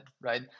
Right